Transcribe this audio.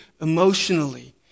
emotionally